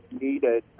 Needed